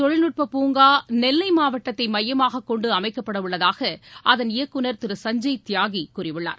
தொழில்நுட்ப பூங்கா நெல்லை மாவட்டத்தை மையமாக மத்திய கொண்டு அமைக்கப்படவுள்ளதாக அதன் இயக்குநர் திரு சஞ்சய் தியாகி கூறியுள்ளார்